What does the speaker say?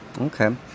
Okay